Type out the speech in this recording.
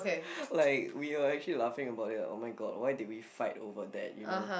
like we were actually laughing about it oh-my-god why did we fighting over that you know